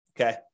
Okay